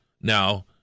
now